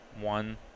one